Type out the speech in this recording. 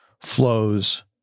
flows